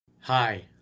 Hi